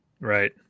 Right